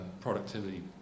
productivity